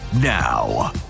now